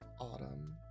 autumn